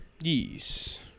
Yes